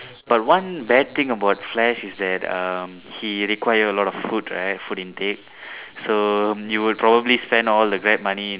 but one bad thing about flash is that um he require a lot of food right food intake so you'll probably spend all the Grab money